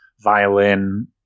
violin